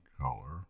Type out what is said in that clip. color